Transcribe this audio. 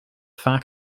vaak